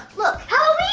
look